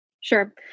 Sure